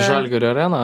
žalgirio arena